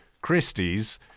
Christie's